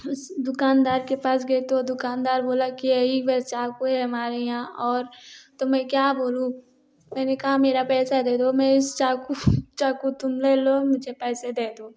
उस दुकानदार के पास गई तो दुकानदार बोला कि यही बस चाकू है हमारे यहाँ और तो मैं क्या बोलूँ मैंने कहा मेरा पैसा दे दो मैं इस चाकू चाकू तुम ले लो मुझ पैसे दे दो